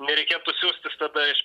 nereikėtų siųstis tada iš